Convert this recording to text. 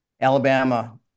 Alabama